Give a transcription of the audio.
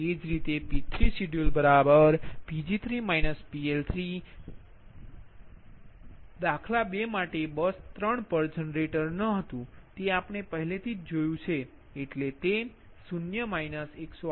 એ જ રીતે P3 scheduledPg3 PL3 દાખલા 2 માટે બસ 3 પર જનરેટર ન હતું તે આપણે પહેલાથી જ જોયું છે એટલે 0 138